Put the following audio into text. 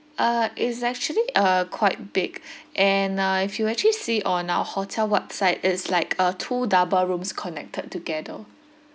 uh it's actually uh quite big and uh if you actually see it on our hotel website it's like a two double rooms connected together